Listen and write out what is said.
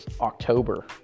October